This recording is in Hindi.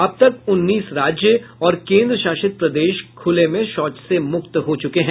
अब तक उन्नीस राज्य और केन्द्रशासित प्रदेश खुले में शौच से मुक्त हो चुके हैं